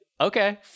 okay